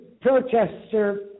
protester